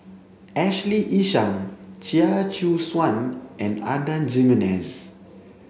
Ashley Isham Chia Choo Suan and Adan Jimenez